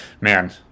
man